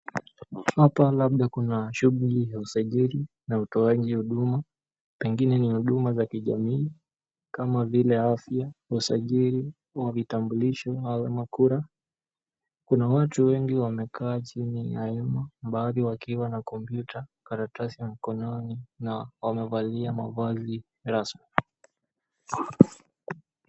Hapa labda kuna shughuli ya usajili na utoaji huduma pengine ni shughuli za kijamii kama vile afya, usajili wa vitambulisho ama kura. Kuna watu wengi wamekaa chini ya hema baadhi wakiwa na computer , karatasi ya mkononi na wamevalia mavazi rasmi.